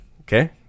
Okay